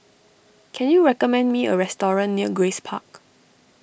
can you recommend me a restaurant near Grace Park